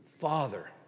Father